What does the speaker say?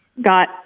got